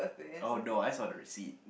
oh no I saw the receipt